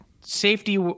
safety